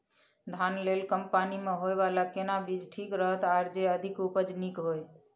धान लेल कम पानी मे होयबला केना बीज ठीक रहत आर जे अधिक उपज नीक होय?